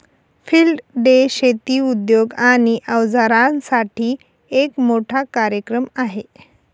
field day शेती उद्योग आणि अवजारांसाठी एक मोठा कार्यक्रम आहे